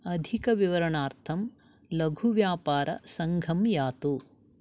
अधिकविवरणार्थं लघुव्यापारसङ्घं यातु